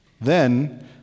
Then